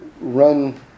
run